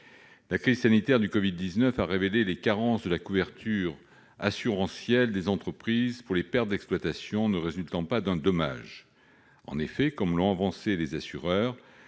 La crise sanitaire du Covid-19 a révélé les carences de la couverture assurantielle des entreprises pour les pertes d'exploitation ne résultant pas d'un dommage. En effet, comme l'ont avancé les assureurs,